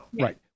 Right